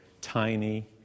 tiny